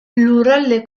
lurralde